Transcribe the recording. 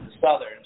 Southern